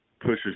pushes